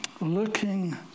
Looking